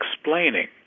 explaining